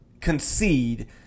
concede